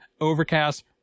Overcast